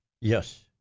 yes